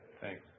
Thanks